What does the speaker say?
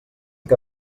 que